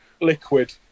liquid